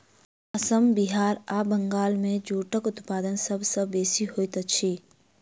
असम बिहार आ बंगाल मे जूटक उत्पादन सभ सॅ बेसी होइत अछि